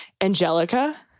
Angelica